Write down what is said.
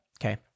Okay